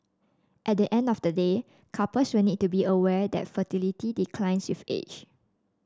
at the end of the day couples will need to be aware that fertility declines with age